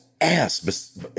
ass